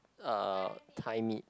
uh thigh meat